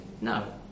No